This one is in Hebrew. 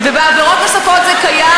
ובעבירות נוספות זה קיים,